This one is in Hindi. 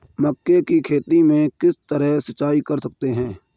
मक्के की खेती में किस तरह सिंचाई कर सकते हैं?